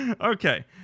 Okay